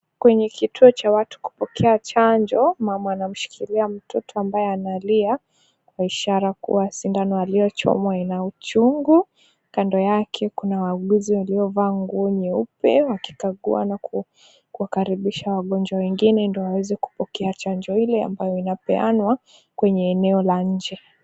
Kwenye kituo cha watu kupokea chanjo, mama anamshikilia mtoto ambaye analia kwa ishara kuwa sindano aliyochomwa ina uchungu. Kando yake kuna wauguzi waliovaa nguo nyeupe wakikagua na kuwakaribisha wagonjwa wengine ndio waweze kupokea chanjo ile ambayo inapeanwa kwenye eneo la nje.